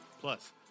Plus